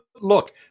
Look